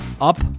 Up